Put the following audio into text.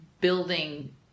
building